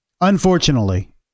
Unfortunately